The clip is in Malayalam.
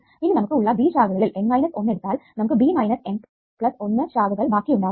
ഇനി നമുക്ക് ഉള്ള B ശാഖകളിൽ N മൈനസ് 1 എടുത്താൽ നമുക്ക് B മൈനസ് N പ്ലസ് 1 ശാഖകൾ ബാക്കിയുണ്ടാകും